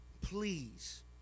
please